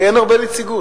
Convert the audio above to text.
כי אין הרבה נציגות.